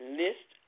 list